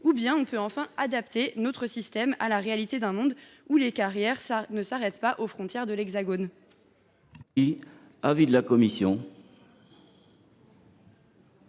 l’on adapte, enfin, notre système à la réalité d’un monde où les carrières ne s’arrêtent pas aux frontières de l’Hexagone.